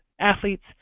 athletes